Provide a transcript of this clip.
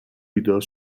بیدار